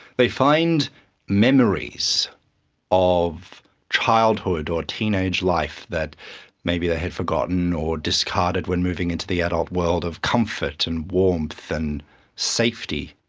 they find memories of childhood or teenage life that maybe they had forgotten or discarded when moving into the adult world, of comfort and warmth and safety,